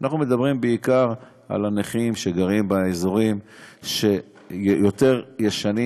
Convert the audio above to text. אנחנו מדברים בעיקר על הנכים שגרים באזורים יותר ישנים,